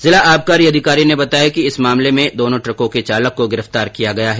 जिला आबकारी अधिकारी ने बताया कि इस मामले में दोनों ट्रको के चालक को गिरफ्तार किया गया है